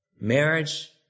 Marriage